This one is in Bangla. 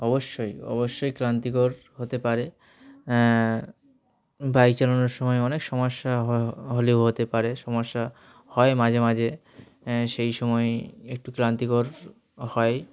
অবশ্যই অবশ্যই ক্লান্তিকর হতে পারে বাইক চালানোর সময় অনেক সমস্যা হ হলেও হতে পারে সমস্যা হয় মাঝে মাঝে সেই সময় এ একটু ক্লান্তিকর হয়